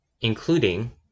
including